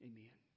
Amen